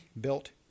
built